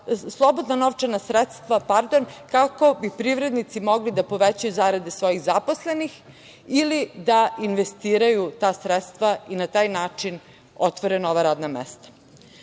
slobodna novčana sredstava kako bi privrednici mogli da povećaju zarade svojih zaposlenih ili da investiraju ta sredstva i na taj način otvore nova radna